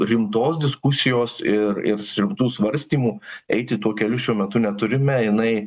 rimtos diskusijos ir ir rimtų svarstymų eiti tuo keliu šiuo metu neturime jinai